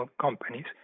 companies